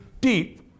deep